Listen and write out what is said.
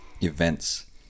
events